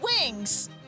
wings